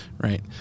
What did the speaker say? right